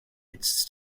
its